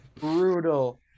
Brutal